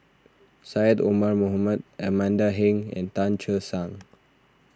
Syed Omar Mohamed Amanda Heng and Tan Che Sang